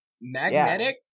Magnetic